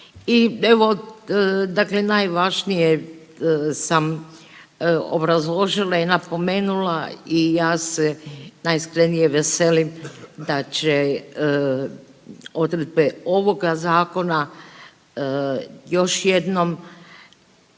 I evo dakle najvažnije sam obrazložila i napomenula i ja se najiskrenije veselim da će odredbe ovoga zakona još jednom